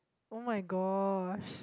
[oh]-my-gosh